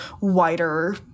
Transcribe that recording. wider